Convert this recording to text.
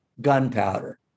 gunpowder